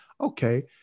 okay